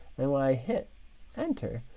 and when i hit enter,